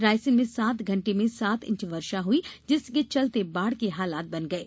रायसेन में सात घंटे में सात इंच वर्षा हुई जिसके चलते बाढ़ के हालत बन गये